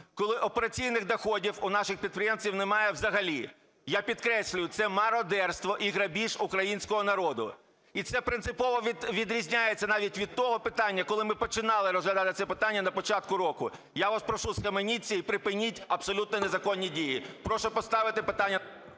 коли операційних доходів у наших підприємців немає взагалі. Я підкреслюю, це мародерство і грабіж українського народу, і це принципово відрізняється навіть від того питання, коли ми починали розглядати це питання на початку року. Я вас прошу, схаменіться і припиніть абсолютно незаконні дії. Прошу поставити питання…